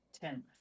ten